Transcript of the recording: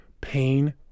pain